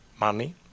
money